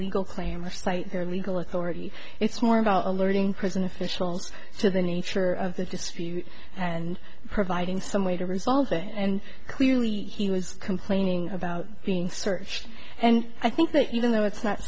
or cite their legal authority it's more about alerting prison officials to the nature of the dispute and providing some way to resolve it and clearly he was complaining about being searched and i think that even though it's not